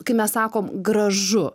kai mes sakom gražu